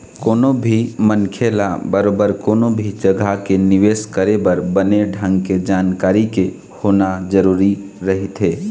कोनो भी मनखे ल बरोबर कोनो भी जघा के निवेश करे बर बने ढंग के जानकारी के होना जरुरी रहिथे